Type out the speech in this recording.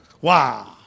Wow